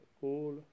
cool